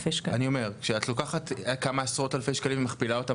כשאת לוקחת כמה עשרות אלפי שקלים ומכפילה אותם